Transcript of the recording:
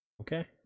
Okay